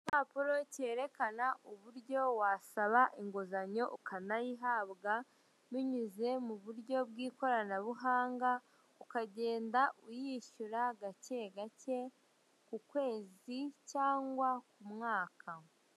Igipapuro kerekana uburyo wasaba inguzanyo ukanayihabwa, binyuze mu buryo bw'ikoranabuhanga ukagenda uyishyura gake gake ku kwezi cyangwa ku mwaka.